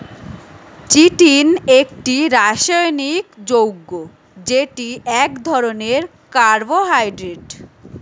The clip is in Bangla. চিটিন একটি রাসায়নিক যৌগ্য যেটি এক ধরণের কার্বোহাইড্রেট